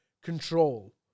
control